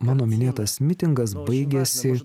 mano minėtas mitingas baigėsi